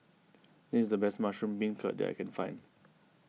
this is the best Mushroom Beancurd that I can find